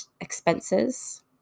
expenses